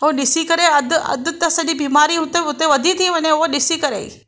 ऐं ॾिसी करे अधि अधि त सॼी बीमारी हुते हुते वधी थी वञे उहो ॾिसी करे ई